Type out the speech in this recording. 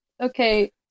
okay